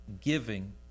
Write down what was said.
giving